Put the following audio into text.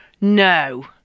No